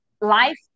life